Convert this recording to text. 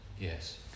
Yes